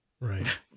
Right